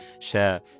share